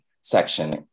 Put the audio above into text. section